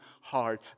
hard